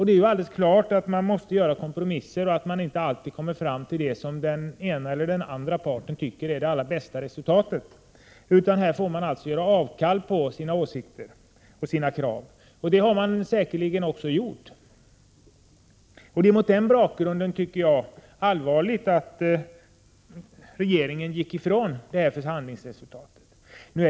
Det är alldeles klart att man måste göra kompromisser och inte alltid kommer fram till vad ena eller andra parten tycker är det bästa resultatet. Man får göra avkall på sina krav, och det har man säkerligen också gjort här. Det är mot den bakgrunden allvarligt, tycker jag, att regeringen gick ifrån förhandlingsresultatet.